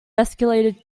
bespectacled